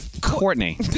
Courtney